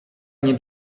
nie